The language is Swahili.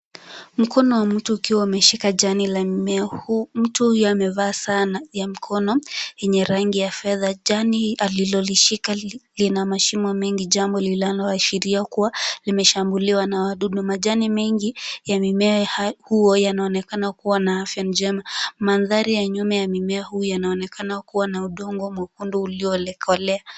Mkono wa mtu ukiwa umeshika jani la mmea huu. Mtu huyu amevaa saa ya mkono, yenye rangi ya fedha. Jani alilolishika, lina mashimo mengi jambo linalo ashiria kuwa limeshambuliwa na wadudu. Majani mengi ya mimea huo yanaonekana kuwa na afya njema. Mandhari ya nyuma ya mimea huu yanaonekana kuwa na udongo mwekundu uliokolea.